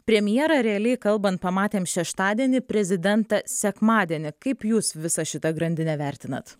premjerą realiai kalbant pamatėm šeštadienį prezidentą sekmadienį kaip jūs visą šitą grandinę vertinat